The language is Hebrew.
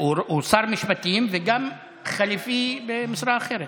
הוא שר משפטים וגם חליפי במשרה אחרת.